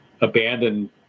abandoned